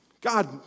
God